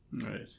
Right